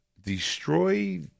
destroy